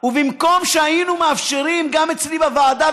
ובמקום שהיינו מאפשרים גם אצלי בוועדה,